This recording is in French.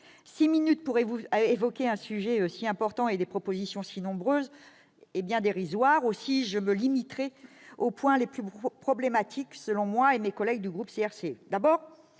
Six minutes pour évoquer un sujet si important et des propositions si nombreuses sont bien dérisoires ; je me limiterai donc aux points les plus problématiques à mes yeux et à ceux de mes collègues du groupe CRCE. D'abord,